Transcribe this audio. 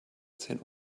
zehn